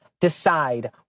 decide